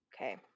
Okay